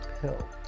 pill